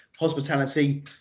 hospitality